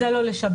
זה לא לשב"ס.